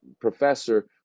professor